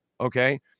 okay